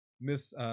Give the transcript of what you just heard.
Miss